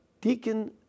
Deacon